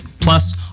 Plus